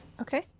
Okay